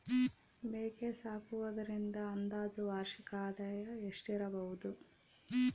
ಮೇಕೆ ಸಾಕುವುದರಿಂದ ಅಂದಾಜು ವಾರ್ಷಿಕ ಆದಾಯ ಎಷ್ಟಿರಬಹುದು?